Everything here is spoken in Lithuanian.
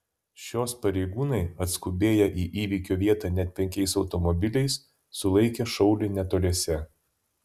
šios pareigūnai atskubėję į įvykio vietą net penkiais automobiliais sulaikė šaulį netoliese